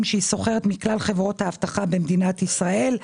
שהיא שוכרת מכלל חברות האבטחה במדינת ישראל.